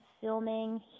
filming